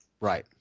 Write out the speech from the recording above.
Right